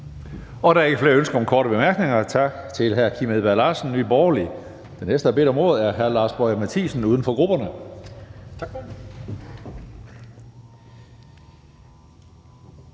Der er ikke flere ønsker om korte bemærkninger. Tak til hr. Kim Edberg Andersen, Nye Borgerlige. Den næste, der har bedt om ordet, er hr. Lars Boje Mathiesen, uden for grupperne. Kl.